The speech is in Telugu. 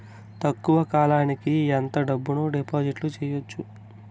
తక్కువ కాలానికి ఎంత డబ్బును డిపాజిట్లు చేయొచ్చు?